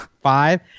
Five